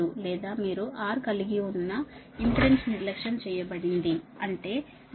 లేదా మీరు R కలిగి ఉన్న ఇంపెడెన్స్ నిర్లక్ష్యం చేయబడింది అంటే j 0